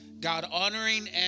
God-honoring